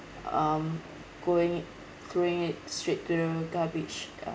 um going it throwing it straight to the garbage